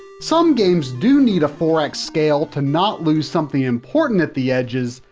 some games do need a four x scale to not lose something important at the edges,